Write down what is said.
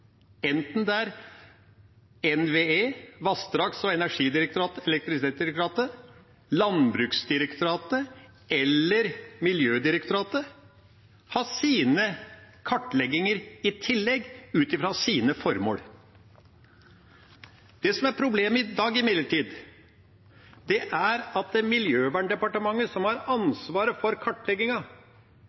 enten det er NVE, Norges vassdrags- og energidirektorat, elektrisitetsdirektoratet, Landbruksdirektoratet eller Miljødirektoratet, ha sine kartlegginger i tillegg, ut fra sine formål. Det som imidlertid er problemet i dag, er at Miljødepartementet, som har ansvaret for